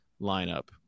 lineup